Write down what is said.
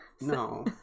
No